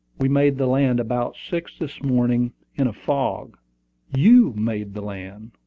we made the land about six this morning, in a fog you made the land!